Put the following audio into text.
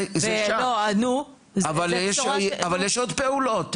זה שם, אבל יש עוד פעולות.